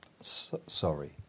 Sorry